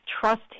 trust